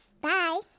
Bye